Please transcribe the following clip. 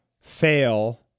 fail